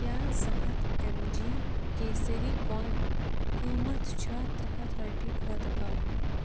کیٛاہ زٕ ہَتھ اٮ۪م جی کیسَری کۄنٛگ قۭمتھ چھا ترٛےٚ ہَتھ رۄپیہِ کھۄتہٕ کَم